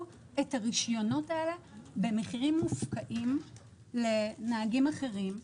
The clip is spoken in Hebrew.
את הרישיונות האלה במחירים מופקעים לנהגים אחרים.